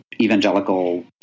evangelical